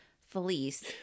Felice